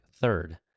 third